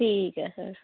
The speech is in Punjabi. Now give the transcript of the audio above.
ਠੀਕ ਹੈ ਸਰ